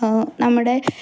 നമ്മുടെ